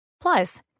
Plus